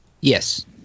Yes